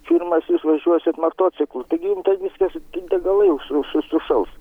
firmos jūs važiuosit motociklu taigi jum ten viskas d degalai už už sušals